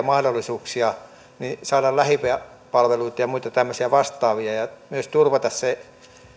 mahdollisuuksia saada lähipalveluita ja muita tämmöisiä vastaavia ja myös turvaamaan